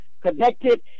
connected